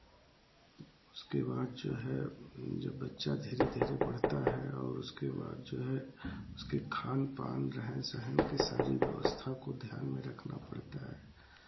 उसके बाद जो है जब बच्चा धीरे धीरे बढ़ता है और उसके बाद जो है उसके खान पान रहन सहन की सारी व्यवस्था को ध्यान में रखना पड़ता है